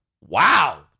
Wow